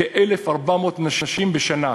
כ-1,400 נשים בשנה,